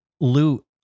Loot